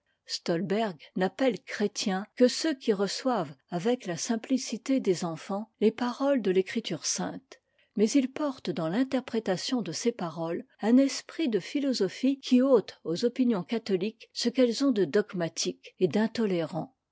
stolberg n'appelle chrétiens que ceux qui reçoivent avec la simplicité des enfants les paroles de l'écriture sainte mais il porte dans l'interprétation de ces paroles un esprit de philosophie qui ôte aux opinions catholiques ce qu'elle ont de dogmatique et d'intolérant